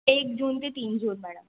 एक जून ते तीन जून मॅडम